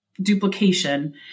duplication